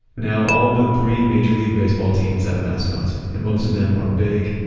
now all but three major league baseball teams have mascots, and most of them are big,